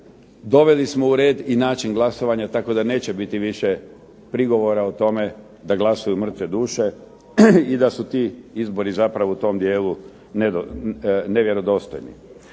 doveli smo u red i način glasovanja, tako da neće više biti prigovora o tome da glasuju mrtve duše i da su ti izbori zapravo u tom dijelu nevjerodostojni.